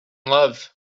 love